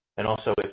and also, but